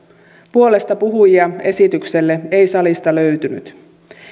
puolestapuhujia esitykselle ei salista löytynyt